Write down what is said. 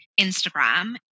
Instagram